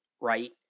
right